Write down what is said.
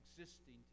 existing